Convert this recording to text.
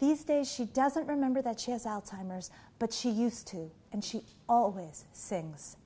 these days she doesn't remember that she has alzheimer's but she used to and she always sings